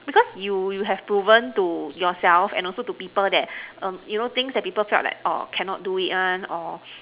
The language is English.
because you you have to learn to yourself and also to people that err you know things that people felt orh like cannot do it one or